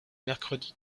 mercredis